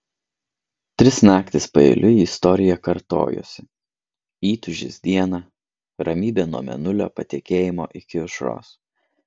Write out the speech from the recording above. tris naktis paeiliui istorija kartojosi įtūžis dieną ramybė nuo mėnulio patekėjimo iki aušros